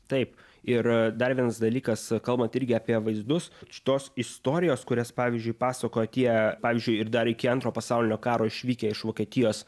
taip ir dar vienas dalykas kalbant irgi apie vaizdus šitos istorijos kurias pavyzdžiui pasakoja tie pavyzdžiai ir dar iki antrojo pasaulinio karo išvykę iš vokietijos